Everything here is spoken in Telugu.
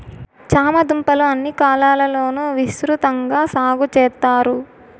చామ దుంపలు అన్ని కాలాల లోనూ విసృతంగా సాగు చెత్తారు